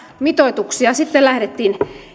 mitoituksia sitten lähdettiin